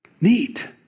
neat